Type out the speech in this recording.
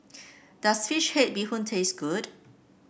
does fish head Bee Hoon taste good